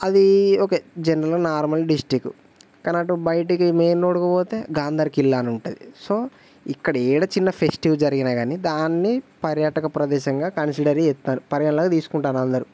అదీ ఓకే జనరల్గా normal district కానీ అటు బయటికి మెయిన్ రోడ్కు పోతే గాంధార్ ఖిల్లా అని ఉంటుంది సో ఇక్కడ ఏడ చిన్న ఫెస్టివ్ జరిగినా కానీ దాన్ని పర్యాటక ప్రదేశంగా కన్సిడర్ చేస్తారు పరిగణలోకి తీసుకుంటారు అందరూ